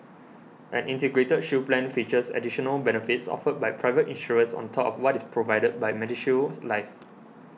an Integrated Shield Plan features additional benefits offered by private insurers on top of what is provided by MediShield Life